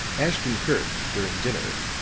ashton-kirk, during dinner,